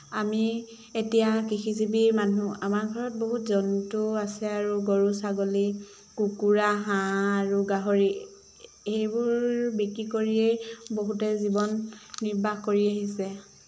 আমি এতিয়া কৃষিজীৱিৰ মানুহ আমাৰ ঘৰত বহুত জন্তু আছে আৰু গৰু ছাগলী কুকুৰা হাঁহ আৰু গাহৰি এইবোৰ বিক্ৰী কৰিয়ে বহুতে জীৱন নিৰ্বাহ কৰি আহিছে